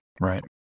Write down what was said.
Right